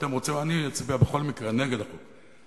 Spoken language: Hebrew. אני אצביע בכל מקרה נגד החוק,